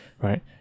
right